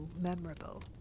memorable